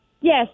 Yes